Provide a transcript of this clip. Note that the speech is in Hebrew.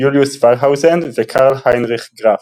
יוליוס ולהאוזן וקרל היינריך גרף,